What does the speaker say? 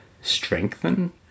strengthen